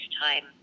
time